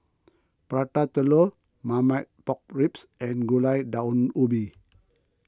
Prata Telur Marmite Pork Ribs and Gulai Daun Ubi